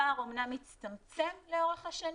הפער אמנם הצטמצם לאורך השנים,